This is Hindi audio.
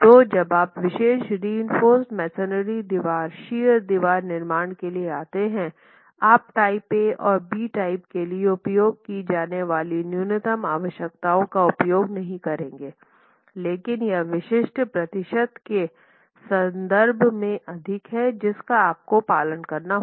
तो जब आप विशेष रिइंफोर्स मेसनरी दीवार शियर दीवार निर्माण के लिए आते हैं आप टाइप ए और बी टाइप के लिए उपयोग की जाने वाली न्यूनतम आवश्यकताओं का उपयोग नहीं करेंगे लेकिन यह विशिष्ट प्रतिशत के संदर्भ में अधिक है जिसका आपको पालन करना होगा